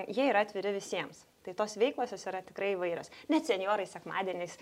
jie yra atviri visiems tai tos veiklos jos yra tikrai įvairios net senjorai sekmadieniais